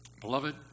Beloved